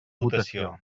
votació